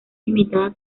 limitada